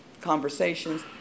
conversations